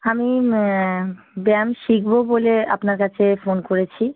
আমি ব্যায়াম শিখব বলে আপনার কাছে ফোন করেছি